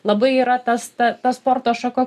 labai yra tas ta ta sporto šaka